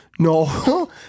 No